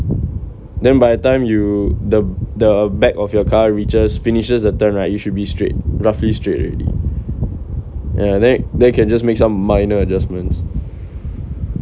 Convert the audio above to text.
then by the time you the the back of your car reaches finishes the turn right you should be straight roughly straight already ya then they can just make some minor adjustments